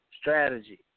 strategy